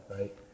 right